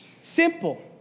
simple